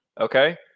Okay